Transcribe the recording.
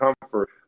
comfort